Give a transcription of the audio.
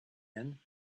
men